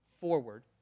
forward